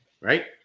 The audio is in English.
right